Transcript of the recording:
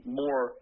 more